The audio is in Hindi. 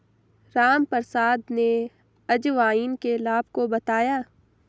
रामप्रसाद ने अजवाइन के लाभ को बताया